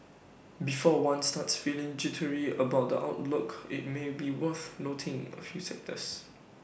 before one starts feeling jittery about the outlook IT may be worth noting A few factors